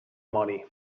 mori